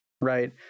right